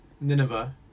Nineveh